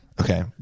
okay